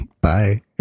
Bye